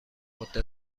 مدت